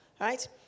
Right